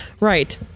Right